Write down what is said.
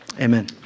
Amen